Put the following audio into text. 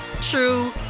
true